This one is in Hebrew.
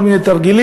כל מיני תרגילים,